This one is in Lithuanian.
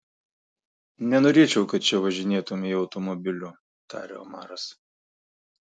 nenorėčiau kad čia važinėtumei automobiliu tarė omaras